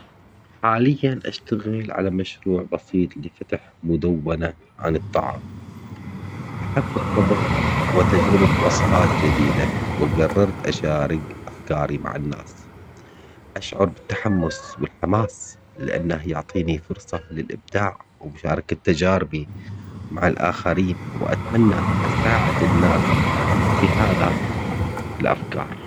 حاياً أشتغل على مشروع بسيط لفتح مدونة عن الطعام، أحب الطبخ وتجربة وصفات جديدة وقررت أشارك أفكاري مع الناس، أشعر بالتحمس والحماس لأنه يعطيني فرصة للإبداع ومشاركة تجاربي مع الآخرين وأتمنى أساعد الناس في هذا الأفكار.